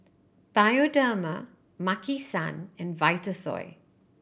Bioderma Maki San and Vitasoy